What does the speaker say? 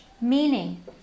meaning